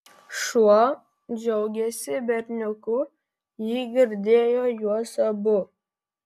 šuo džiaugėsi berniuku ji girdėjo juos abu